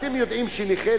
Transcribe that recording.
אתם יודעים שנכה,